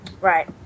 Right